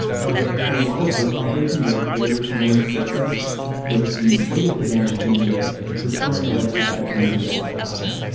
but a lot of those operations are very similar to postgres with the biggest advantage being that restoring a redis backup tends to be a lot faster,